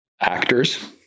actors